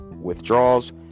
withdrawals